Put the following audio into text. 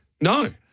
no